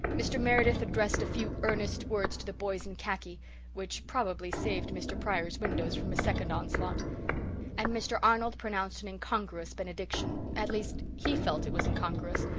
mr. meredith addressed a few earnest words to the boys in khaki which probably saved mr. pryor's windows from a second onslaught and mr. arnold pronounced an incongruous benediction, at least he felt it was incongruous,